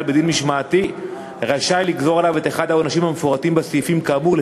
בדין משמעתי רשאי לגזור עליו את אחד העונשים המפורטים בסעיפים כאמור,